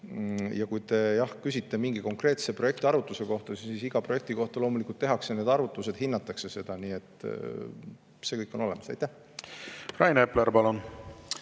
Ja kui te küsite mingi konkreetse projekti arvutuse kohta, siis iga projekti kohta loomulikult tehakse arvutused ja [antakse] hinnang, nii et see kõik on olemas. Rain Epler, palun!